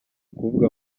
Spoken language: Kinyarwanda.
kuvuga